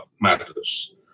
matters